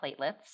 platelets